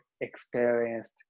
experienced